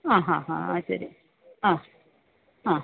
ആ ഹാ ഹാ ആ ശരി ആ ആ